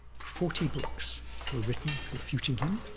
forty books were written refuting him,